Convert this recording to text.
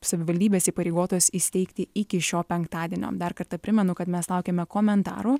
savivaldybės įpareigotos įsteigti iki šio penktadienio dar kartą primenu kad mes laukiame komentarų